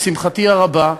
לשמחתי הרבה,